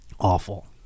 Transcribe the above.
Awful